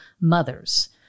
mothers